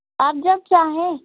आप जब चाहें